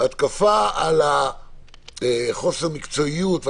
דיברו על חוסר מקצועיות,